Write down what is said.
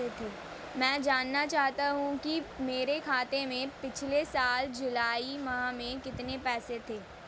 मैं जानना चाहूंगा कि मेरे खाते में पिछले साल जुलाई माह में कितने पैसे थे?